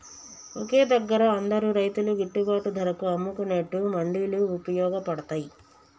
ఒకే దగ్గర అందరు రైతులు గిట్టుబాటు ధరకు అమ్ముకునేట్టు మండీలు వుపయోగ పడ్తాయ్